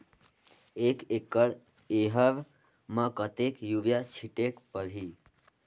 एक एकड रहर म कतेक युरिया छीटेक परही?